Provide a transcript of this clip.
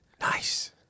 Nice